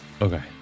Okay